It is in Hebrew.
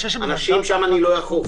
שם אני לא אאכוף.